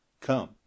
come